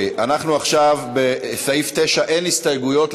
אנחנו עכשיו בסעיף 9. אין הסתייגויות,